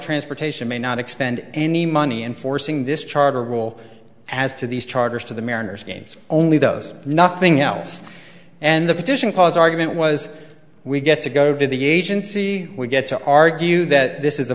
transportation i may not expend any money enforcing this charter rule as to these charges to the mariners games only those nothing else and the petition cause argument was we get to go to the agency we get to argue that this is a